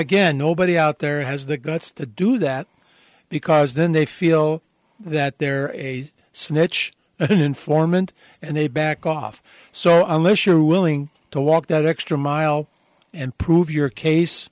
again nobody out there has the guts to do that because then they feel that they're a snitch an informant and they back off so i wish are willing to walk that extra mile and prove your case